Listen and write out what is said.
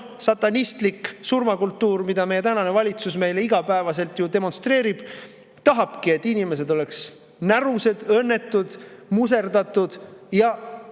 satanistlik surmakultuur, mida meie tänane valitsus meile igapäevaselt ju demonstreerib, tahabki, et inimesed oleks närused, õnnetud, muserdatud, ja